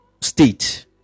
state